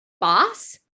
boss